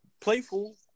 Playful